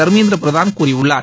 தர்மேந்திர பிரதான் கூறியுள்ளார்